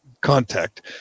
contact